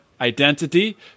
identity